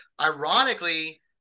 Ironically